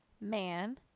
man